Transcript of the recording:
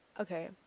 Okay